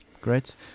great